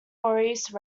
maurice